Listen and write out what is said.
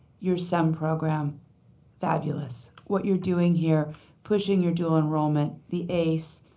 your sum program fabulous. what you're doing here pushing your dual enrollment, the ace,